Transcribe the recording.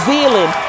Zealand